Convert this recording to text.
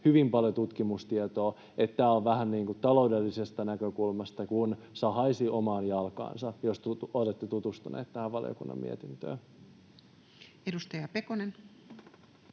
hyvin paljon tutkimustietoa, että tämä on taloudellisesta näkökulmasta vähän kuin sahaisi omaan jalkaansa, jos te olette tutustunut tähän valiokunnan mietintöön. Edustaja Pekonen.